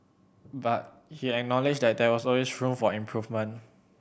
but he acknowledged that there is always room for improvement